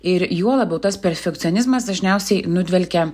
ir juo labiau tas perfekcionizmas dažniausiai nudvelkia